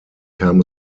kam